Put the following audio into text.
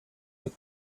your